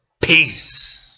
Peace